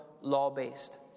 law-based